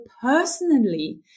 personally